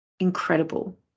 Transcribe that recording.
incredible